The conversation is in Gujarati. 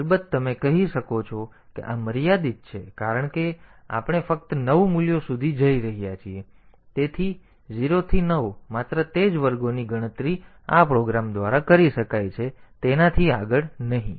અલબત્ત તમે કહી શકો છો કે આ મર્યાદિત છે કારણ કે આપણે ફક્ત 9 મૂલ્ય સુધી જઈ રહ્યા છીએ તેથી 0 થી 9 માત્ર તે જ વર્ગોની ગણતરી આ પ્રોગ્રામ દ્વારા કરી શકાય છે તેનાથી આગળ નહીં